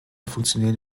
funktionieren